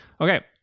Okay